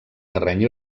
terreny